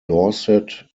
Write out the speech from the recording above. dorset